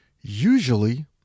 Usually